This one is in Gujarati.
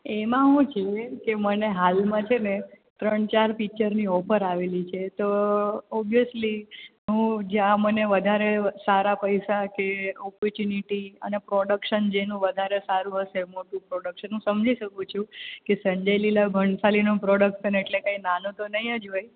એમાં શું થયું છે કે મને હાલમાં છે ને ત્રણ ચાર પિક્ચરની ઓફર આવેલી છે તો ઓબ્વિયસ્લી હું જ્યાં મને વધારે સારા પૈસા કે અપોર્ચ્યુનિટી અને પ્રોડક્શન જેનું વધારે સારું હશે મોટું પ્રોડક્શન હું સમજી શકું છું કે સંજય લીલા ભણસાલીનું પ્રોડક્શન એટલે કંઈ નાનું તો નહીં જ હોય